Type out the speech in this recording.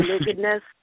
nakedness